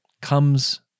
comes